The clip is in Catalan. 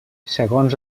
segons